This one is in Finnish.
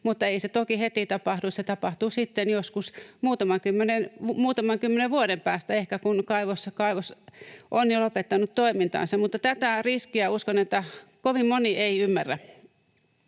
mutta ei se toki heti tapahdu. Se tapahtuu sitten joskus muutaman kymmenen vuoden päästä, ehkä, kun kaivos on jo lopettanut toimintansa, mutta uskon, että tätä riskiä ei kovin moni ymmärrä.